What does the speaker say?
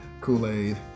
Kool-Aid